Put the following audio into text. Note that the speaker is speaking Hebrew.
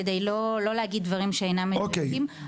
כדי לא להגיד דברים שאינם נכונים.